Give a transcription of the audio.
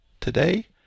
today